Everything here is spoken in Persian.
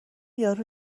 یارو